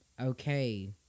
okay